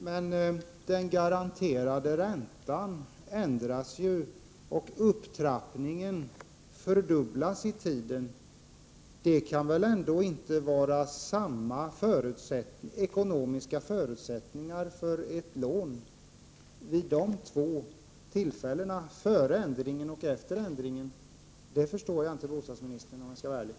Herr talman! Men den garanterade räntan ändras ju, och upptrappningen fördubblas i tiden. Det kan väl ändå inte vara samma ekonomiska förutsättningar för ett lån vid de två tillfällena, före ändringen och efter ändringen. Där förstår jag inte bostadsministern, om jag skall vara ärlig.